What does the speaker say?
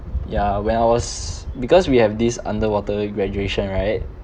yeah when I was because we have this underwater graduation right